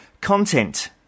Content